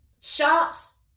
Shops